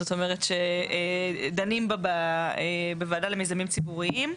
זאת אומרת שדנים בה בוועדה למיזמים ציבוריים.